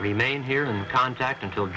remain here in contact until